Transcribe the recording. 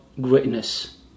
greatness